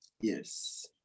yes